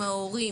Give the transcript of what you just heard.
עם ההורים,